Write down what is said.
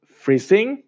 freezing